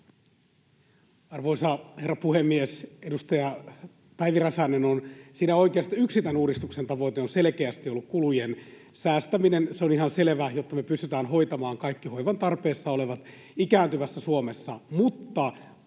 on oikeassa siinä, että yksi tämän uudistuksen tavoite on selkeästi ollut kulujen säästäminen. Se on ihan selvä, jotta me pystytään hoitamaan kaikki hoivan tarpeessa olevat ikääntyvässä Suomessa.